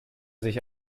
sich